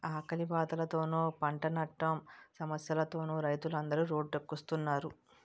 ఆకలి బాధలతోనూ, పంటనట్టం సమస్యలతోనూ రైతులందరు రోడ్డెక్కుస్తున్నారు